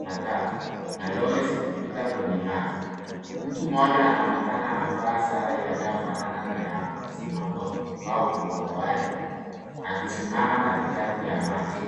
matatu na lori zikipata kwenye maji. Mtu mmoja anaonekana amevaa sare inayofanana na wazimamoto au uokoaji akisimama katikati ya maji.